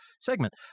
segment